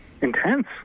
intense